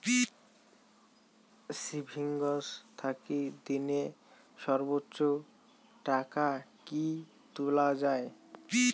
Savings থাকি দিনে সর্বোচ্চ টাকা কি তুলা য়ায়?